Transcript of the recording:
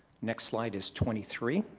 next slide is twenty three